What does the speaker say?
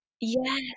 Yes